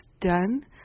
done